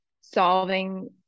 solving